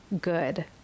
Good